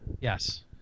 Yes